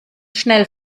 schnell